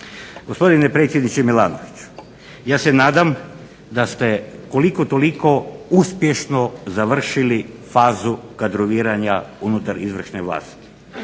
Gospodine predsjedniče Milanoviću ja se nadam da ste koliko toliko uspješno završili fazu kadroviranja unutar izvršne vlasti.